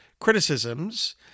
criticisms